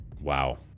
Wow